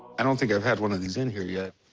i don't think i've had one of these in here yet.